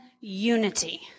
unity